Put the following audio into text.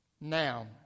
Now